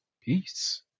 Peace